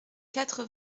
quatre